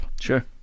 Sure